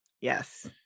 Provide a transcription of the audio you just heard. Yes